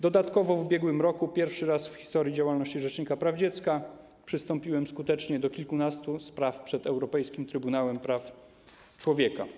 Dodatkowo w ubiegłym roku pierwszy raz w historii działalności rzecznika praw dziecka przystąpiłem skutecznie do kilkunastu spraw przed Europejskim Trybunałem Praw Człowieka.